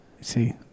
See